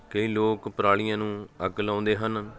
ਕਈ ਲੋਕ ਪਰਾਲੀਆਂ ਨੂੰ ਅੱਗ ਲਾਉਂਦੇ ਹਨ